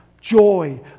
joy